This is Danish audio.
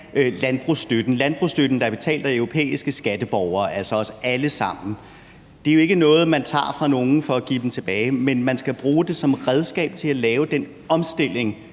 landbrugsstøtten – landbrugsstøtten, der er betalt af europæiske skatteborgere, altså os alle sammen. Det er jo ikke noget, man tager fra nogen, for at give den tilbage, men man skal bruge det som et redskab til at lave den omstilling,